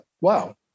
wow